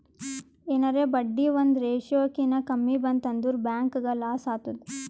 ಎನಾರೇ ಬಡ್ಡಿ ಒಂದ್ ರೇಶಿಯೋ ಕಿನಾ ಕಮ್ಮಿ ಬಂತ್ ಅಂದುರ್ ಬ್ಯಾಂಕ್ಗ ಲಾಸ್ ಆತ್ತುದ್